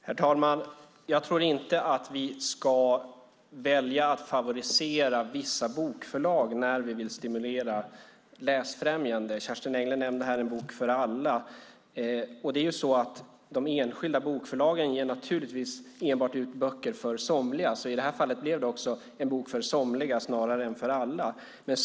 Herr talman! Jag tror inte att vi ska välja att favorisera vissa bokförlag när vi vill stimulera läsfrämjande. Kerstin Engle nämnde här En bok för alla. De enskilda bokförlagen ger naturligtvis enbart ut böcker för somliga. I det här fallet blev det en bok för somliga snarare än en för alla.